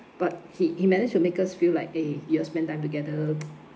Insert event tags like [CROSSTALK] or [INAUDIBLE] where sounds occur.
but he he managed to make us feel like eh you all spent time together [NOISE]